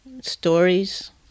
stories